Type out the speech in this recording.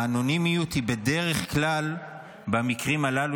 האנונימיות היא בדרך כלל במקרים הללו